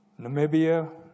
Namibia